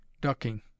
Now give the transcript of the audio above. ducking